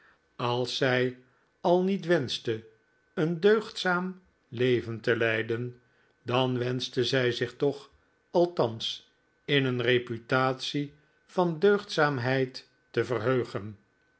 als zij al niet wenschte een deugdzaam leven te leiden dan wenschte zij zich toch althans in een reputatie van deugdzaamheid te verheugen